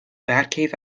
batcave